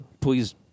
Please